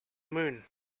moon